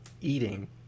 eating